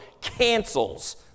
cancels